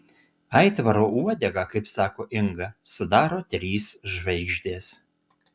aitvaro uodegą kaip sako inga sudaro trys žvaigždės